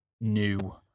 new